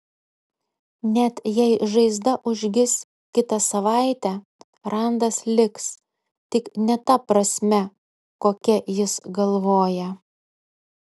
net jei žaizda užgis kitą savaitę randas liks tik ne ta prasme kokia jis galvoja